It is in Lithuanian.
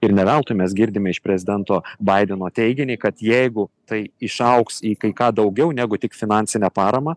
ir ne veltui mes girdime iš prezidento baideno teiginį kad jeigu tai išaugs į kai ką daugiau negu tik finansinę paramą